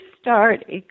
start